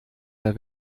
der